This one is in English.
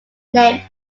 named